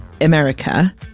America